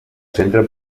centre